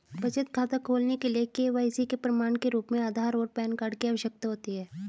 बचत खाता खोलने के लिए के.वाई.सी के प्रमाण के रूप में आधार और पैन कार्ड की आवश्यकता होती है